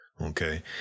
Okay